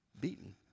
beaten